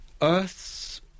Earth's